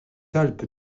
alpes